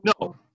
No